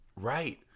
Right